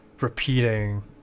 repeating